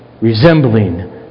resembling